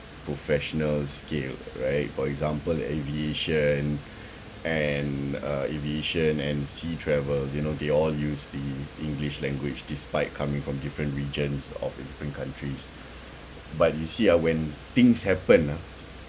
professional scale right for example aviation and uh aviation and sea travel you know they all use the english language despite coming from different regions of different countries but you see ah when things happen ah